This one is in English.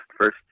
first